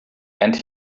and